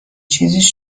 چیزیش